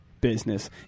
business